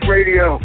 Radio